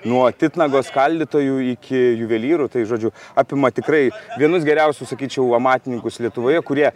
nuo titnago skaldytojų iki juvelyrų tai žodžiu apima tikrai vienus geriausių sakyčiau amatininkus lietuvoje kurie